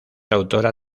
autora